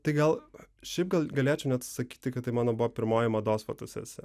tai gal šiaip gal galėčiau net sakyti kad tai mano buvo pirmoji mados fotosesija